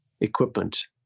equipment